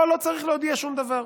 פה לא צריך להודיע שום דבר,